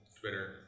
Twitter